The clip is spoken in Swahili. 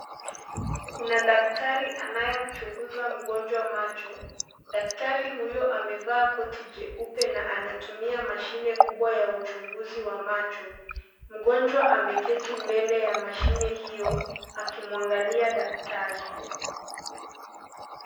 Kuna daktari anayemchunguza mgonjwa macho, daktari huyo amevaa koti jeupe na anatumia mashine kubwa ya uchunguzi wa macho mgonjwa ameketi mbele ya mashine hiyo akimwangalia daktari.